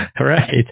Right